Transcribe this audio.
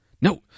No